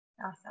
Awesome